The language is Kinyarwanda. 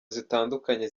zitandukanye